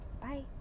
Bye